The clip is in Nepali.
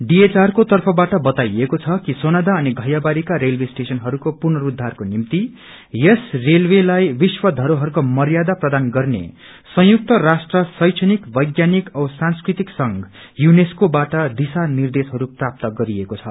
डीएवआर को तर्फबाट बताइएको छ कि सोनादा अनि पैयाबारीका रेलवे स्टेशनहरूको पुनरूखारको निम्ति यस रेलवेलाई विश्व धरोहरको मर्यादा प्रदान गर्ने सयुक्त राष्यू शैक्षणिक वैज्ञानिक औ सांस्कृतिक संघ यूनेसको बाट दिशा निर्देशहरू प्राप्त गरेको छ